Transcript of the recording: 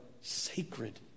sacred